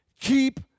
Keep